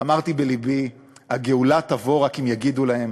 אמרתי בלבי: הגאולה תבוא רק אם יגידו להם: